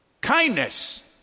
kindness